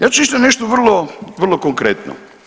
Ja ću isto nešto vrlo konkretno.